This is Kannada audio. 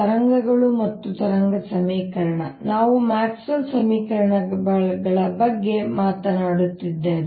ತರಂಗಗಳು ಮತ್ತು ತರಂಗ ಸಮೀಕರಣ ನಾವು ಮ್ಯಾಕ್ಸ್ವೆಲ್ ಸಮೀಕರಣಗಳ ಬಗ್ಗೆ ಮಾತನಾಡುತ್ತಿದ್ದೇವೆ